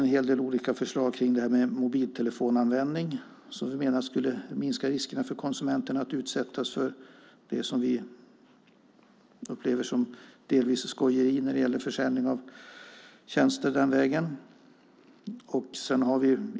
Vi har en del olika förslag om mobiltelefonanvändning som vi menar skulle minska riskerna för konsumenterna att utsättas för det som vi upplever som delvis skojeri när det gäller försäljning av tjänster den vägen.